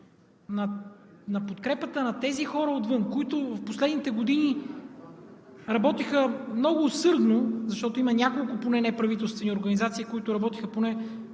подкрепата на тези хора отвън, които в последните години работиха много усърдно! Защото има поне няколко неправителствени организации, които работиха